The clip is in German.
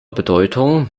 bedeutung